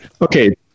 Okay